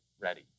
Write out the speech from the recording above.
ready